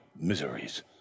miseries